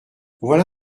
voilà